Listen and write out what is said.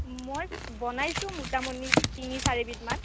মই বনাইছোঁ মোটা মণি তিনি চাৰিবিধমান